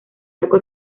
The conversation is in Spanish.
arco